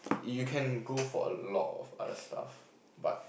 you can go for a lot of other stuff but